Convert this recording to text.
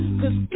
cause